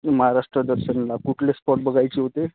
महाराष्ट्र दर्शनला कुठले स्पॉट बघायचे होते